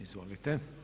Izvolite.